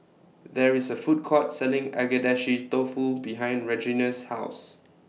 There IS A Food Court Selling Agedashi Dofu behind Regina's House